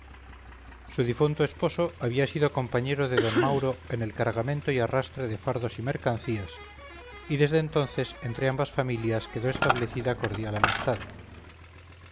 su difunto esposo había sido compañero de d mauro en el cargamento y arrastre de fardos y mercancías y desde entonces entre ambas familias quedó establecida cordial amistad